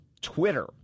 Twitter